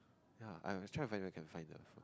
ya I will try to find whether I can find the